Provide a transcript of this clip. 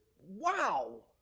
wow